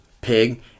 pig